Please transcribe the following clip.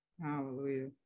Hallelujah